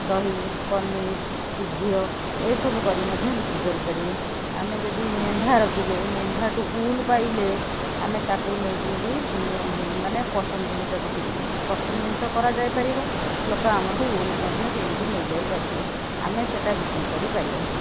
ଦହି ପନୀର୍ କି ଘିଅ ଏସବୁ କରି ମଧ୍ୟ ବିକ୍ରି କରି ପାରିବେ ଆମେ ଯଦି ମେଣ୍ଢା ରଖିଲେ ମେଣ୍ଢାଠୁ ଉଲ୍ ପାଇଲେ ଆମେ ତାକୁ ନେଇକି ବି ମାନେ ପସମ୍ ଜିନିଷ ବିକ୍ରି ପସମ୍ ଜିନିଷ କରାଯାଇପାରିବ ଲୋକ ଆମଠୁ ଉଲ ମଧ୍ୟ କିଣିକି ନେଇ ଯାଇ ପାରିବେ ଆମେ ସେଟା ବିକ୍ରି କରି ପାରିବା